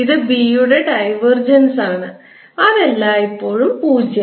ഇത് B യുടെ divergence ആണ് അത് എല്ലായ്പ്പോഴും പൂജ്യമാണ്